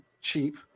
cheap